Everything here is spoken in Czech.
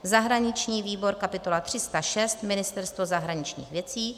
zahraniční výbor kapitola 306 Ministerstvo zahraničních věcí;